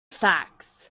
facts